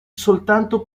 soltanto